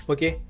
Okay